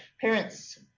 parents